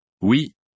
Oui